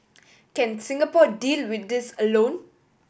can Singapore deal with this alone